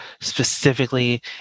specifically